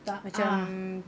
tak ah